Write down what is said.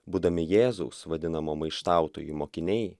būdami jėzaus vadinamo maištautoju mokiniai